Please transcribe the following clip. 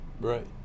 Right